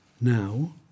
Now